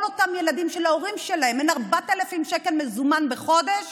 כל אותם ילדים שלהורים שלהם אין 4,000 שקלים מזומן בחודש